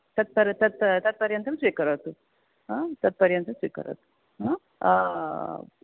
तत् तत्पर्यन्तं स्वीकरोतु हा तत्पर्यन्तं स्वीकरोतु हा